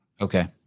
Okay